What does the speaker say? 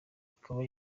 ikaba